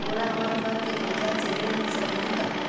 मोला हमर घर के कागजात से ऋण मिल सकही का?